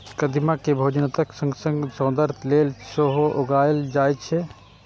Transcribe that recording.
कदीमा कें भोजनक संग संग सौंदर्य लेल सेहो उगायल जाए छै